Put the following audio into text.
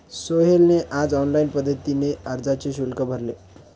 सोहेलने आज ऑनलाईन पद्धतीने अर्जाचे शुल्क भरले